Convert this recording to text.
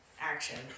Action